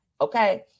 Okay